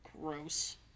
Gross